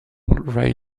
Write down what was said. rail